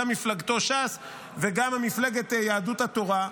גם מפלגתו ש"ס וגם מפלגת יהדות התורה.